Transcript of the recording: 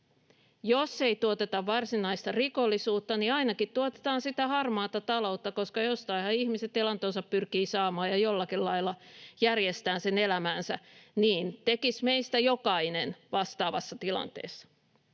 Jos ei tuoteta varsinaista rikollisuutta, niin ainakin tuotetaan sitä harmaata taloutta, koska jostainhan ihmiset elantonsa pyrkivät saamaan ja jollakin lailla järjestämään sen elämänsä. Niin tekisi meistä jokainen vastaavassa tilanteessa.